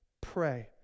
pray